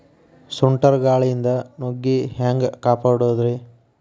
ಸುಂಟರ್ ಗಾಳಿಯಿಂದ ನುಗ್ಗಿ ಹ್ಯಾಂಗ ಕಾಪಡೊದ್ರೇ?